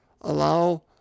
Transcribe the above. Allow